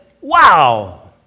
Wow